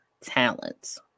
talents